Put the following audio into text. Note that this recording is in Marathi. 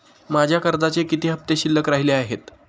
माझ्या कर्जाचे किती हफ्ते शिल्लक राहिले आहेत?